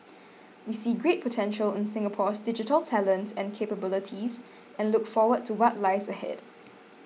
we see great potential in Singapore's digital talent and capabilities and look forward to what lies ahead